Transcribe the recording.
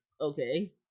okay